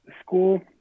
school